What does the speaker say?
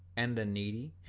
and the needy,